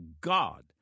God